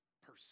person